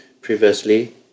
previously